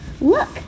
Look